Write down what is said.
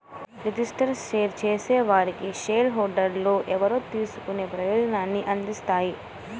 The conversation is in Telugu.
రిజిస్టర్డ్ షేర్ జారీ చేసేవారికి షేర్ హోల్డర్లు ఎవరో తెలుసుకునే ప్రయోజనాన్ని అందిస్తాయి